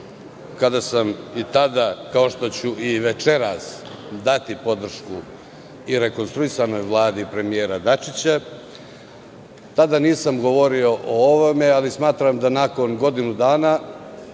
kada sam i tada kao što ću i večeras dati podršku i rekonstruisanoj Vladi premijera Dačića, tada nisam govorio o ovome, ali smatram da nakon godinu dana